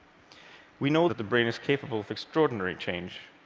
we know that the brain is capable of extraordinary change,